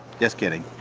just kidding!